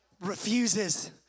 Refuses